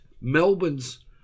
Melbourne's